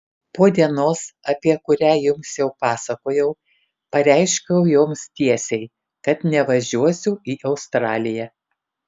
po dienos apie kurią jums jau pasakojau pareiškiau joms tiesiai kad nevažiuosiu į australiją